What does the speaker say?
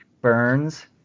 burns